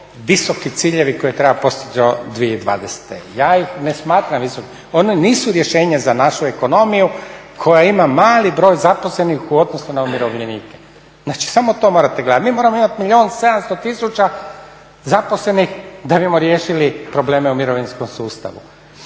visoki ciljevi koje treba postići do 2020. Ja ih ne smatram visokim, oni nisu rješenja za našu ekonomiju koja ima mali broj zaposlenih u odnosu na umirovljenike. Znači, samo to morate gledati, mi moramo imati milijun i 700 tisuća zaposlenih da bismo riješili probleme u mirovinskom sustavu.